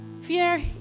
Fear